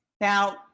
Now